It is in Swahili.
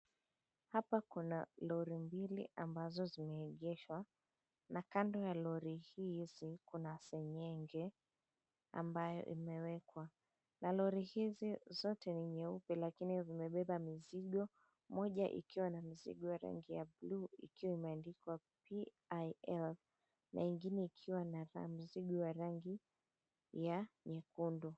Hapa kuna lori mbili ambazo zimeegeshwa na Kando ya lori hizi kuna seng'eng'e ambayo imewekwa na lori hizi zote ni nyeupe lakini zimebeba mizigo, moja ikiwa na mizigo ya rangi ya blue imeandilwa PIL na ingine ikiwa na mzigo wa rangi nyekundu.